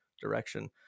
direction